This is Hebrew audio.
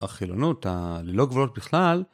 החילונות הלא גבוהות בכלל.